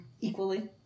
equally